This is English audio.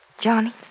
Johnny